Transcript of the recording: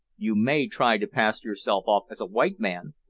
you may try to pass yourself off as a white man,